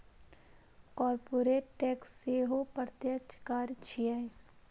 corporate tax सेहो प्रत्यक्ष कर छियै